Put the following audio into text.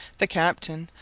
the captain,